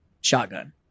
shotgun